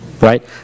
Right